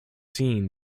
seen